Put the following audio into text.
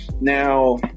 Now